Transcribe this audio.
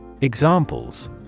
Examples